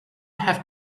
have